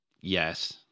yes